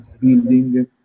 building